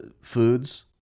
Foods